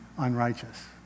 unrighteous